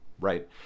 right